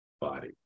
body